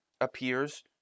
appears